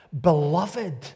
beloved